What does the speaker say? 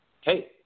hey